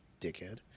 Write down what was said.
Dickhead